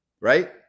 Right